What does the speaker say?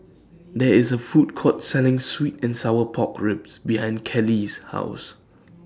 There IS A Food Court Selling Sweet and Sour Pork Ribs behind Kellee's House